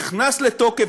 נכנס לתוקף.